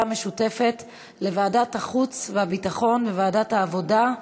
המשותפת לוועדת החוץ והביטחון וועדת העבודה,